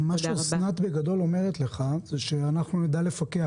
מה שאסנת בגדול אומרת לך זה שאנחנו נדע לפקח.